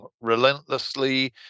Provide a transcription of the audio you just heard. relentlessly